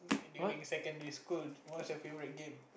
during secondary school what is your favourite game